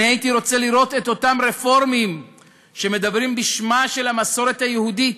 אני הייתי רוצה לראות את אותם רפורמים שמדברים בשמה של המסורת היהודית,